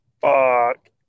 fuck